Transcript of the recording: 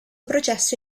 processo